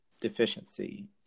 deficiency